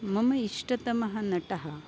मम इष्टतमः नटः